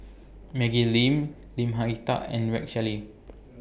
Maggie Lim Lim Hak Tai and Rex Shelley